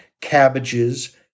cabbages